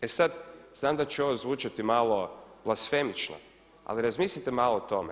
E sad, znam da će ovo zvučati malo blasfemično ali razmislite malo o tome.